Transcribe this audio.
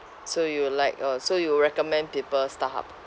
so you like uh so you recommend people starhub